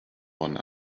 one